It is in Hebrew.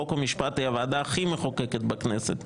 חוק ומשפט היא הוועדה הכי מחוקקת בכנסת,